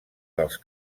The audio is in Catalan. dels